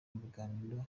ibiganiro